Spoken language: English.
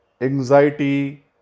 anxiety